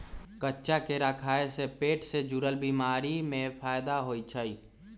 कच्चा केरा खाय से पेट से जुरल बीमारी में फायदा होई छई